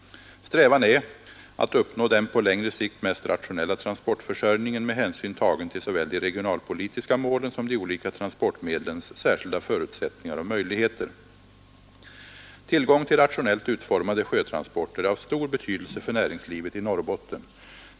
Strävan är att uppnå den på längre sikt mest rationella transportför sörjningen med hänsyn tagen till såväl de regionalpolitiska målen som de olika transportmedlens särskilda förutsättningar och möjligheter. Tillgång till rationellt utformade sjötransporter är av stor betydelse för näringslivet i Norrbotten.